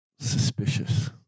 suspicious